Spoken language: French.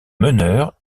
meneur